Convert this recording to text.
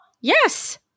Yes